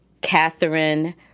Catherine